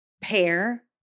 pair